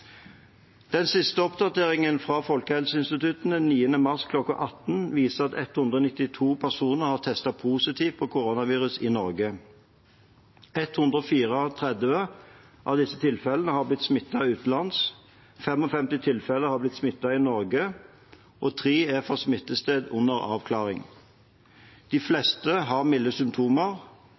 Den siste oppdateringen fra Folkehelseinstituttet, 9. mars kl. 18, viser at 192 personer har testet positivt på koronavirus i Norge. 134 av disse tilfellene har blitt smittet utenlands, 55 tilfeller har blitt smittet i Norge, og for 3 er smittested under avklaring. De fleste har milde symptomer.